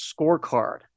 Scorecard